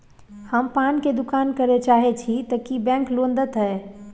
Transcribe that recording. हम पान के दुकान करे चाहे छिये ते की बैंक लोन देतै?